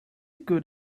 good